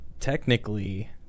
Technically